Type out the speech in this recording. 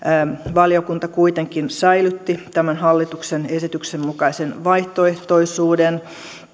valiokunta kuitenkin säilytti tämän hallituksen esityksen mukaisen vaihtoehtoisuuden